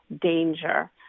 danger